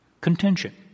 contention